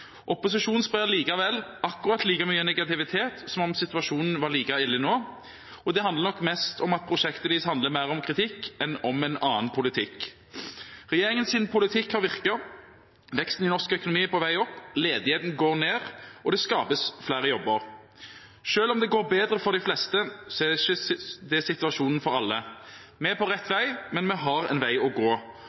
Opposisjonen sprer likevel akkurat like mye negativitet som om situasjonen var like ille nå, og det handler nok om at prosjektet deres handler mer om kritikk enn om en annen politikk. Regjeringens politikk har virket. Veksten i norsk økonomi er på vei opp. Ledigheten går ned, og det skapes flere jobber. Selv om det går bedre for de fleste, er ikke det situasjonen for alle. Vi er på rett vei, men vi har en vei å gå.